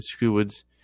Screwwood's